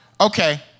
okay